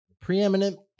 preeminent